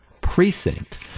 precinct